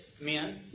men